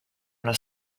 una